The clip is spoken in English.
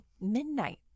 Midnight